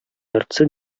яртысы